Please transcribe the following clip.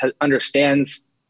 understands